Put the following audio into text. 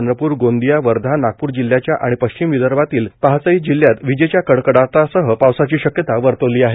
चंद्रपूर गोंदिय वर्धा नागपूर जिल्ह्याच्या आणि पश्चिम विदर्भातील पाचही जिल्ह्यात विजेच्या कडकटासह पावसाची शक्यता वर्तवली आहे